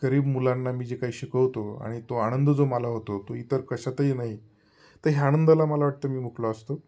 गरीब मुलांना मी जे काही शिकवतो आणि तो आनंद जो मला होतो तो इतर कशातही नाही तर ह्या आनंदाला मला वाटतं मी मुकलो असतो